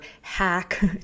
hack